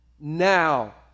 now